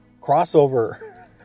crossover